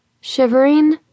Shivering